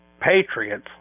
patriots